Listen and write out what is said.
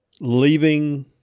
leaving